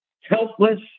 helpless